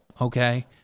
okay